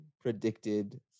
predicted